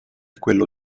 quello